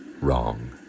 wrong